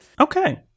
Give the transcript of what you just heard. Okay